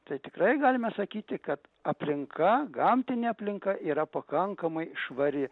tai tikrai galime sakyti kad aplinka gamtinė aplinka yra pakankamai švari